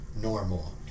normal